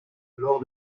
lors